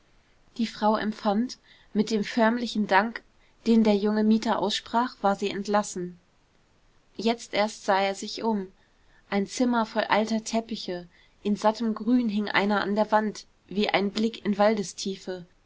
die frau empfand mit dem förmlichen dank den der junge mieter aussprach war sie entlassen jetzt erst sah er sich um ein zimmer voll alter teppiche in sattem grün hing einer an der wand wie ein blick in